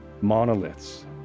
monoliths